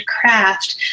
craft